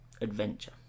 adventure